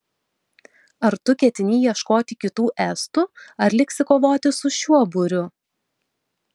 ar tu ketini ieškoti kitų estų ar liksi kovoti su šiuo būriu